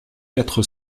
quatre